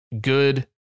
good